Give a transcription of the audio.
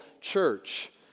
church